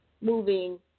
moving